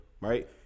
Right